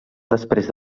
després